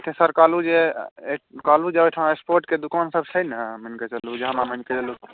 बाकी सर कहलहुॅं जे ओहिठाम स्पोर्ट्स दोकानसभ छै न मानिक चलूँ मानिक चलूँ